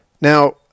Now